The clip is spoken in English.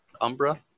Umbra